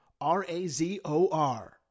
R-A-Z-O-R